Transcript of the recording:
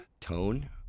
tone